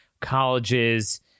colleges